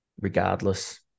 Regardless